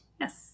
Yes